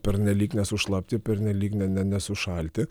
pernelyg nesušlapti pernelyg ne nesušalti